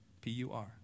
P-U-R